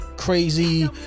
crazy